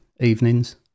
evenings